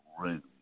room